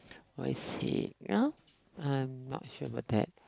oh is it ya I'm not sure about that